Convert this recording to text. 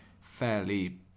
fairly